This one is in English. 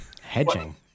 Hedging